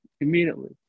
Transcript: immediately